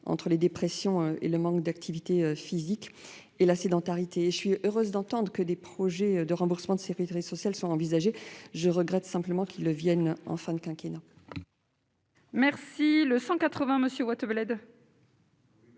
entre les dépressions et le manque d'activité physique et la sédentarité. Je suis heureuse d'entendre que des projets de remboursement par la sécurité sociale sont envisagés. Je regrette simplement qu'ils arrivent en fin de quinquennat ... L'amendement